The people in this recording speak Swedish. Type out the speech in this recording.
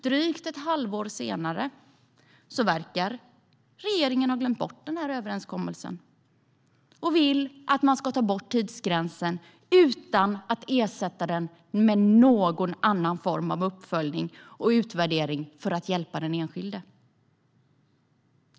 Drygt ett halvår senare verkar regeringen ha glömt bort överenskommelsen och vill ta bort tidsgränsen utan att ersätta den med någon annan form av uppföljning och utvärdering för att hjälpa den enskilde.